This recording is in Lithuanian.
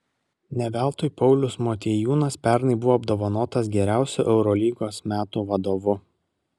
ne veltui paulius motiejūnas pernai buvo apdovanotas geriausiu eurolygos metų vadovu